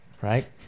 right